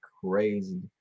crazy